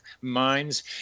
minds